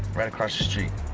right across the street.